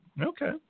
Okay